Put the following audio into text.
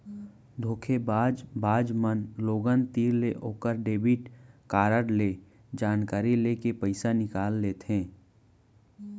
धोखेबाज बाज मन लोगन तीर ले ओकर डेबिट कारड ले जानकारी लेके पइसा निकाल लेथें